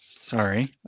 sorry